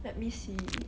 let me see